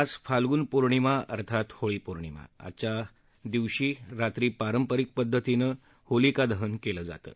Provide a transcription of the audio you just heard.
आज फाल्गुन पौर्णिमा अर्थात होळी पौर्णिमा आजच्या दिवशी रात्री पारंपारिक पद्धतीनं होलिका दहन कल जातं